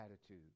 attitude